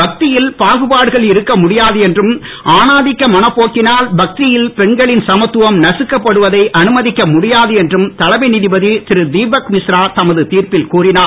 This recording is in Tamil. பக்தியில் பாகுபாடுகள் இருக்கமுடியாது என்றும் ஆணாதிக்க மனப்போக்கிஞல் பக்தியில் பெண்களின் சமத்துவம் நகக்கப்படுவதை அனுமதிக்க முடியாது என்றும் தலைமை நீதிபதி திருதிபக் மிஸ்ரா தமது திர்ப்பில் கூறிஞர்